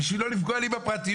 בשביל לא לפגוע לי בפרטיות?